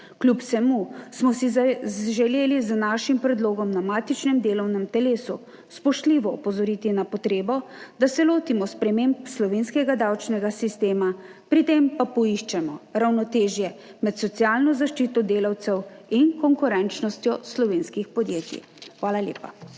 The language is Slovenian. kljub vsemu smo si želeli s svojim predlogom na matičnem delovnem telesu spoštljivo opozoriti na potrebo, da se lotimo sprememb slovenskega davčnega sistema, pri tem pa poiščemo ravnotežje med socialno zaščito delavcev in konkurenčnostjo slovenskih podjetij. Hvala lepa.